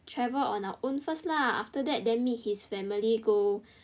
travel on our own first lah after that then meet his family then go